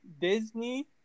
disney